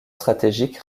stratégique